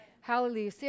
Hallelujah